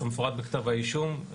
כמפורט בכתב אישום,